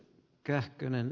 arvoisa puhemies